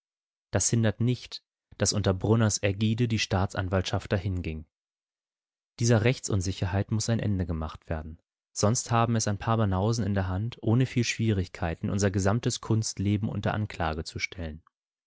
das hindert nicht daß unter brunners ägide die staatsanwaltschaft dahinging dieser rechtsunsicherheit muß ein ende gemacht werden sonst haben es ein paar banausen in der hand ohne viel schwierigkeiten unser gesamtes kunstleben unter anklage zu stellen